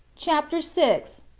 chapter six.